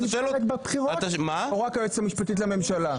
נבחרת בבחירות או רק היועצת המשפטית לממשלה?